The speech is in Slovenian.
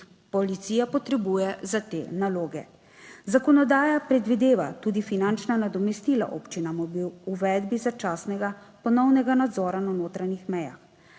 policija potrebuje za te naloge. Zakonodaja predvideva tudi finančna nadomestila občinam ob uvedbi začasnega ponovnega nadzora na notranjih mejah.